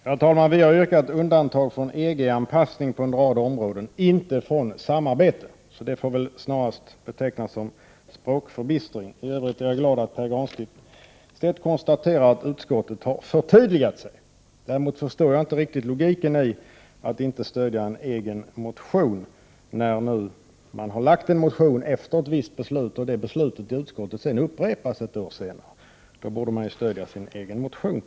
Herr talman! Vi har yrkat undantag från EG-anpassning på en rad områden, inte undantag från samarbete. Detta får snarast betecknas som en språkförbistring. I övrigt är jag glad att Pär Granstedt konstaterar att utskottet har förtydligat sig. Däremot förstår jag inte riktigt logiken i att inte stödja en egen motion, när man nu efter ett visst beslut har avgivit en motion, och detta beslut sedan fattats på nytt ett år senare i utskottet. Jag tycker att man då borde stödja sin egen motion.